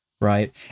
right